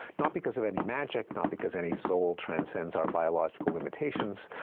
not because of any magic, not because any soul transcends our biological limitations,